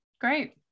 Great